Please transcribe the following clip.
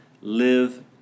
live